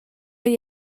igl